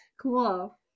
cool